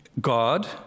God